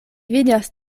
vidas